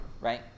right